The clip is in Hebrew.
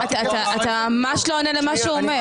אתה ממש לא עונה למה שהוא אומר.